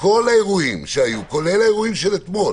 כל האירועים שהיו, כולל האירועים של אתמול